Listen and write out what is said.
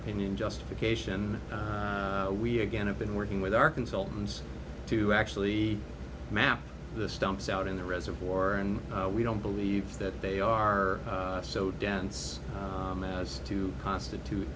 opinion justification we again have been working with our consultants to actually map the stumps out in the reservoir and we don't believe that they are so dense as to constitute